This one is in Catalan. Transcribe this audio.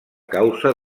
causa